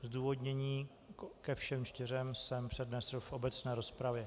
Zdůvodnění ke všem čtyřem jsem přednesl v obecné rozpravě.